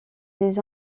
des